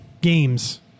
games